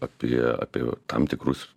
apie apie tam tikrus